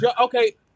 okay